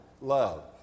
love